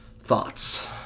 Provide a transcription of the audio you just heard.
Thoughts